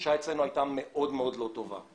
התחושה אצלנו הייתה מאוד מאוד לא טובה.